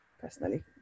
personally